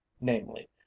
namely